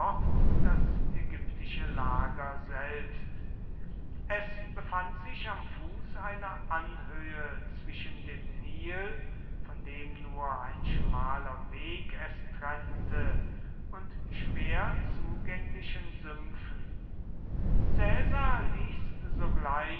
das ägyptische lager selbst es befand sich am fuß einer anhöhe zwischen dem nil von dem nur ein schmaler weg es trennte und schwer zugänglichen sümpfen caesar ließ